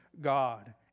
God